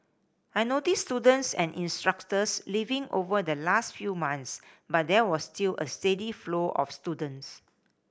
I noticed students and instructors leaving over the last few months but there was still a steady flow of students